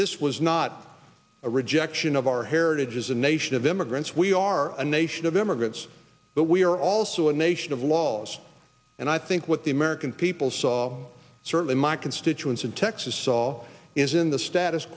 this was not a rejection of our heritage as a nation of immigrants we are a nation of immigrants but we are also a nation of laws and i think what the american people saw certainly my constituents in texas saw is in the status